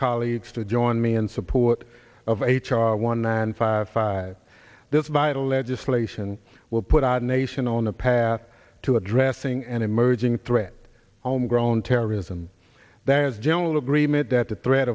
colleagues to join me in support of h r one nine five five this vital legislation will put our nation on the path to addressing an emerging threat grown terrorism there is general agreement that the threat